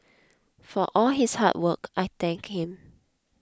for all his hard work I thank him